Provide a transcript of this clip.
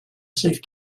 safe